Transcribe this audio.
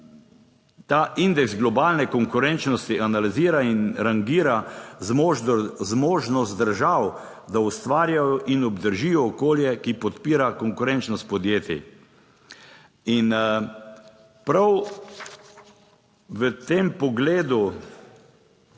ta indeks globalne konkurenčnosti analizira in rangira zmožnost držav, da ustvarjajo in obdržijo okolje, ki podpira konkurenčnost podjetij. In prav v tem pogledu